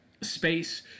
space